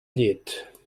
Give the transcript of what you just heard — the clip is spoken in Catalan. llit